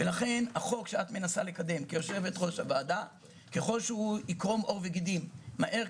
החוק שאת מנסה לקדם ככל שהוא יקרום עור וגידים מהר,